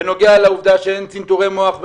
בנוגע לעובדה שאין באשקלון צנתורי מוח,